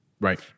Right